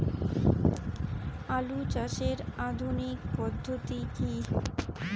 আলু চাষের আধুনিক পদ্ধতি কি?